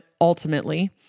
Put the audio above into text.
ultimately